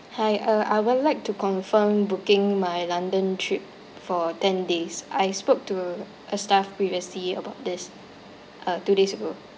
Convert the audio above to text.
hi uh I would like to confirm booking my london trip for ten days I spoke to a staff previously about this uh two days ago